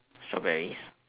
strawberries